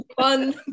fun